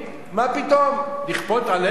מה פתאום, לכפות עלינו?